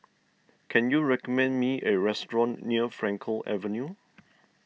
can you recommend me a restaurant near Frankel Avenue